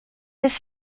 his